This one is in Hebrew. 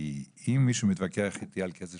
כי אם מישהו מתווכח איתי על כסף